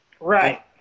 Right